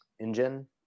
engine